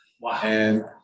Wow